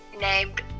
named